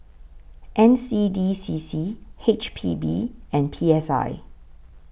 N C D C C H P B and P S I